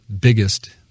biggest